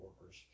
workers